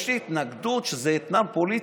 יש לי התנגדות כשזה אתנן פוליטי.